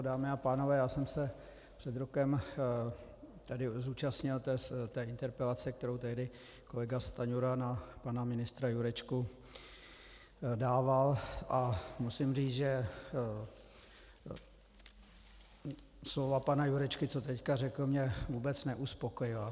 Dámy a pánové, já jsem se před rokem tady zúčastnil té interpelace, kterou tehdy kolega Stanjura na pana ministra Jurečku dával, a musím říct, že slova pana Jurečky, co teď řekl, mě vůbec neuspokojila.